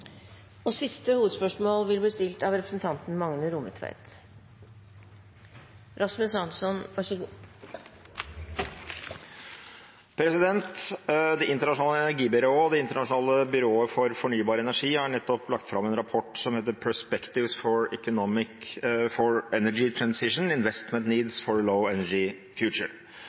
internasjonale energibyrået, IEA, og Det internasjonale byrået for fornybar energi, IRENA, har nettopp lagt fram en rapport som heter «Perspectives for the energy transition: Investment needs for